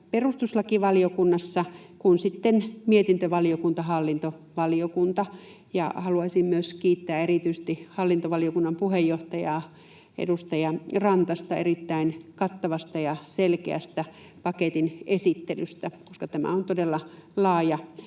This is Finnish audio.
perustuslakivaliokunnassa kuin sitten mietintövaliokunta hallintovaliokunnassa. Ja haluaisin myös kiittää erityisesti hallintovaliokunnan puheenjohtajaa, edustaja Rantasta erittäin kattavasta ja selkeästä paketin esittelystä, koska tämä on todella laaja